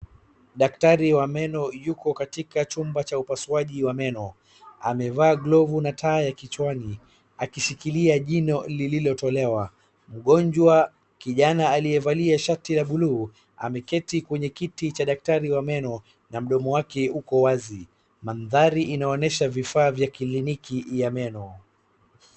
Daktari wa meno yupo katika chumba cha upasaji wa meno. Amevaa glovu na taa ya kichwani, akishikilia jino lililotolewa. Mgonjwa kijana aliyevaa shati ya buluu, ameketi kwenye kiti cha daktari wa meno, na mdomo wake uko wazi. Mandhari inaonyesha vifaa vya kliniki ya meno.